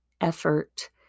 effort